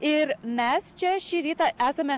ir mes čia šį rytą esame